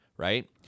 Right